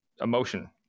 emotion